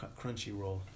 Crunchyroll